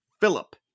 Philip